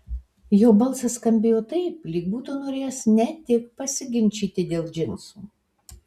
jo balsas skambėjo taip lyg būtų norėjęs ne tik pasiginčyti dėl džinsų